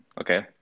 Okay